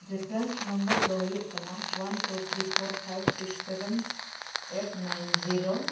ᱫᱚ ᱦᱩᱭᱩᱜ ᱠᱟᱱᱟ